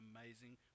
amazing